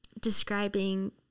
describing